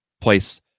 place